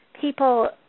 people